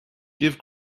give